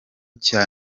cya